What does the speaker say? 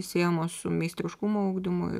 siejamos su meistriškumo ugdymu